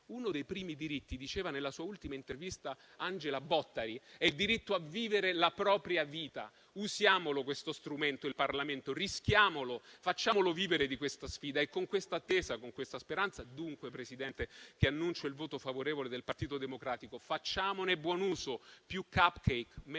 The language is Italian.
Uno dei primi diritti - diceva nella sua ultima intervista Angela Bottari - è il diritto a vivere la propria vita. Usiamolo questo strumento, il Parlamento. Rischiamo, facciamolo vivere di questa sfida. È con questa attesa, con questa speranza, dunque, signor Presidente, che annuncio il voto favorevole del Partito Democratico. Facciamone buon uso, più *cupcake*, meno